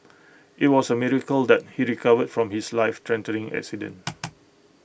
IT was A miracle that he recovered from his lifethreatening accident